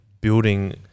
building